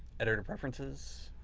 editor preferences.